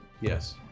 Yes